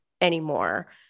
anymore